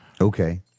okay